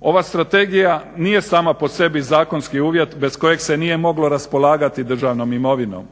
Ova strategija nije sama po sebi zakonski uvjet bez kojeg se nije moglo raspolagati državnom imovinom.